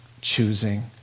choosing